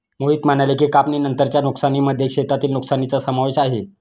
मोहित म्हणाले की, कापणीनंतरच्या नुकसानीमध्ये शेतातील नुकसानीचा समावेश आहे